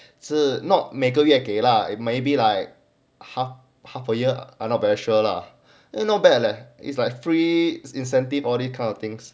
是 not 每个月给了 maybe like half half a year I not very sure lah then no bad leh it's like free incentive all this kind of things